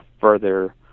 further